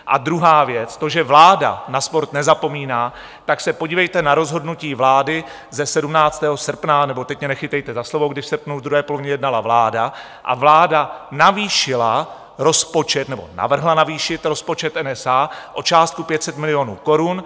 A druhá věc, to, že vláda na sport nezapomíná, tak se podívejte na rozhodnutí vlády ze 17. srpna, nebo teď mě nechytejte za slovo, kdy v srpnu v druhé polovině jednala vláda a vláda navýšila rozpočet nebo navrhla navýšit rozpočet NSA o částku 500 milionů korun.